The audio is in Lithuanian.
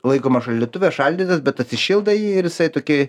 laikomas šaldytuve šaldytas bet atsišildai jį ir jisai toki